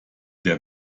der